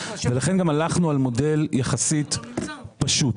לכן גם הלכנו על מודל יחסית פשוט.